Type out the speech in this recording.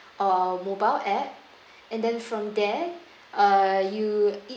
or mobile app and then from there uh you